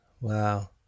Wow